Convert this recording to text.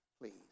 please